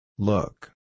Look